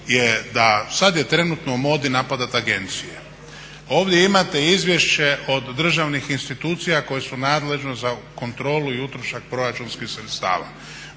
je da sad je trenutno u modi napadat agencije. Ovdje imate izvješće od državnih institucija koje su nadležne za kontrolu i utrošak proračunskih sredstava.